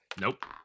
Nope